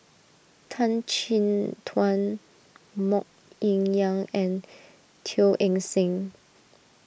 Tan Chin Tuan Mok Ying Yang and Teo Eng Seng